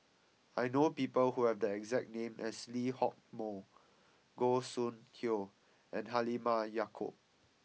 I know people who have the exact name as Lee Hock Moh Goh Soon Tioe and Halimah Yacob